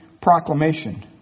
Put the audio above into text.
proclamation